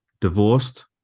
divorced